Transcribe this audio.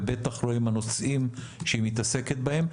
ובטח לא עם הנושאים שהיא מתעסקת בהם,